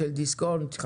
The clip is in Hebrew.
של דיסקונט,